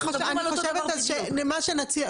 אני חושבת שמה שנציע,